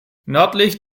nördlich